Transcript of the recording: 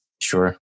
Sure